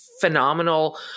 phenomenal